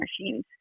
machines